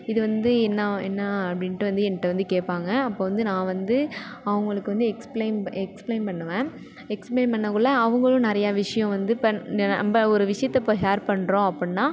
இது வந்து என்ன என்ன அப்படின்ட்டு வந்து என்ட வந்து கேட்பாங்க அப்போ வந்து நான் வந்து அவங்களுக்கு வந்து எக்ஸ்பிளைன் எக்ஸ்பிளைன் பண்ணுவேன் எக்ஸ்பிளைன் பண்ணக்குள்ள அவங்களும் நிறையா விஷயோம் வந்து இப்போ நம்ம ஒரு விஷயத்த இப்போ ஷேர் பண்ணுறோம் அப்புடின்னா